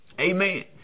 amen